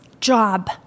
job